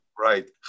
Right